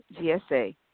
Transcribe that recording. GSA